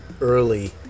early